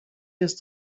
jest